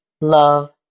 love